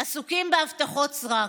עכשיו תנו לאזרחים להתפרנס.